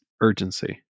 urgency